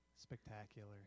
spectacular